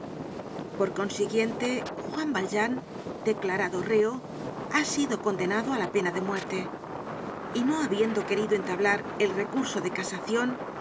por consiguiente juan valjean declarado reo ha sido condenado á la pena de muerte y no habiendo querido entablar el recurso de casacion